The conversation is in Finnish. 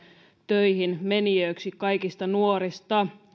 töihin menijöiksi kaikista nuorista